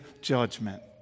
judgment